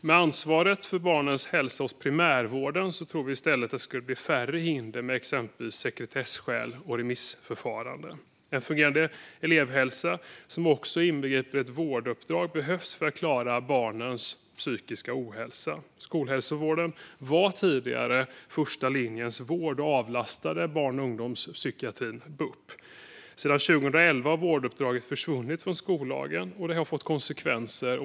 Med ansvaret för barns hälsa hos primärvården tror vi i stället att det skulle bli färre hinder med exempelvis sekretesskäl och remissförfaranden. En fungerande elevhälsa, som också inbegriper ett vårduppdrag, behövs för att klara barnens psykiska ohälsa. Skolhälsovården var tidigare första linjens vård och avlastade barn och ungdomspsykiatrin, bup. Sedan 2011 har vårduppdraget försvunnit från skollagen. Det har fått konsekvenser.